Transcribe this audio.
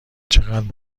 چقدر